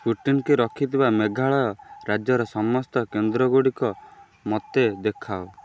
Sputnik ରଖିଥିବା ମେଘାଳୟ ରାଜ୍ୟର ସମସ୍ତ କେନ୍ଦ୍ରଗୁଡ଼ିକ ମୋତେ ଦେଖାଅ